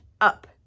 up